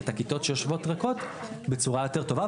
את הכיתות שיושבות ריקות בצורה יותר טובה,